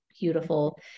beautiful